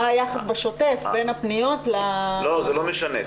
מה היחס בשוטף בין הפניות ל --- זה לא משנה,